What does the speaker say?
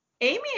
Amy